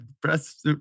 press